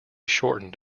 shortened